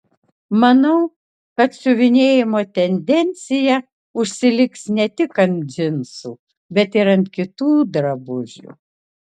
manau kad siuvinėjimo tendencija užsiliks ne tik ant džinsų bet ir ant kitų drabužių